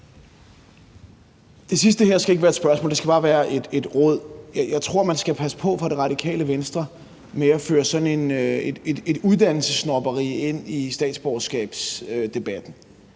Det sidste her skal ikke være et spørgsmål. Det skal bare være et råd. Jeg tror, man skal passe på fra Det Radikale Venstres side med at føre sådan et uddannelsessnobberi ind i statsborgerskabsdebatten.